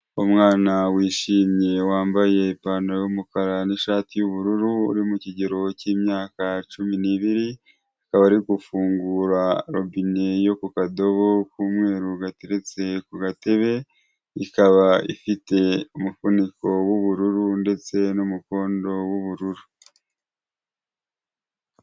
Umwana wishimye, wambaye ipantaro y'umukara n'ishati y'ubururu, uri mu kigero cy'imyaka cumi n'ibiri, akaba ari gufungura robine yo ku kadobo k'umweru gateretse ku gatebe, ikaba ifite umufuniko w'ubururu ndetse n'umukondo w'ubururu.